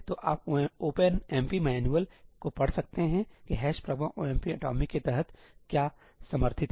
तो आप OpenMP manual को पढ़ सकते हैं कि ' pragma omp atomic' के तहत क्या समर्थित है